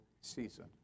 season